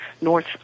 north